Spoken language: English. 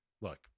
look